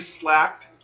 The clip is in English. slacked